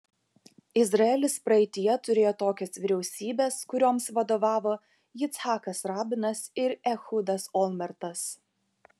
izraelis praeityje turėjo tokias vyriausybes kurioms vadovavo yitzhakas rabinas ir ehudas olmertas